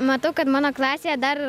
matau kad mano klasėje dar